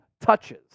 touches